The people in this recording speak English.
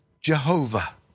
Jehovah